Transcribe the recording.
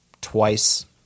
twice